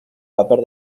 papel